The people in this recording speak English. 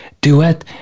duet